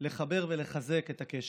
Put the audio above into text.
לחבר ולחזק את הקשר.